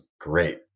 great